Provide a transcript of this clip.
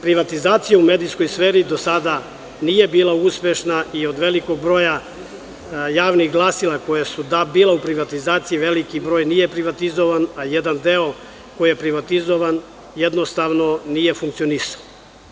Privatizacija u medijskoj sferi do sada nije bila uspešna i od velikog broja javnih glasila koja su bila u privatizaciji, veliki broj nije privatizovan, a jedan deo koji je privatizovan jednostavno nije funkcionisao.